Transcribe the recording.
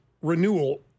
renewal